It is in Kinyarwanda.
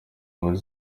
muri